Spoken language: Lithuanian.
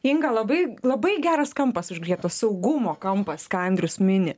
inga labai labai geras kampas užgriebto saugumo kampas ką andrius mini